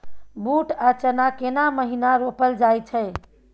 बूट आ चना केना महिना रोपल जाय छै?